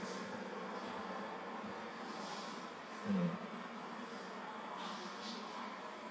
mm